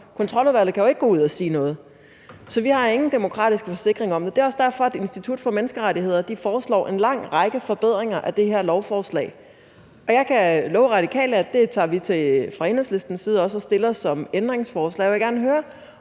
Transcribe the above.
Kontroludvalget kan jo ikke gå ud at sige noget. Så vi har ingen demokratisk forsikring om det. Det er også derfor, at Institut for Menneskerettigheder foreslår en lang række forbedringer af det her lovforslag. Jeg kan love Radikale, at det tager vi fra Enhedslistens side også og stiller som ændringsforslag.